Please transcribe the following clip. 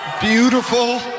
beautiful